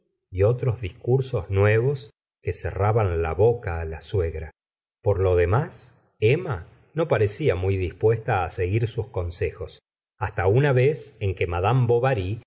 y otros discursos nuevos que cerraban la boca la suegra por lo demás emma no parecía muy dispuesta seguir sus consejos hasta una vez en que madame borany